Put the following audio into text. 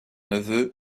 neveu